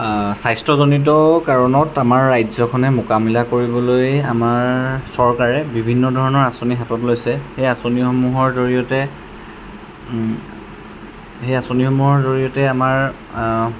স্বাস্থ্যজনিত কাৰণত আমাৰ ৰাজ্যখনে মোকাবিলা কৰিবলৈ আমাৰ চৰকাৰে বিভিন্ন ধৰণৰ আঁচনি হাতত লৈছে সেই আঁচনিসমূহৰ জৰিয়তে সেই আঁচনিসমূহৰ জৰিয়তে আমাৰ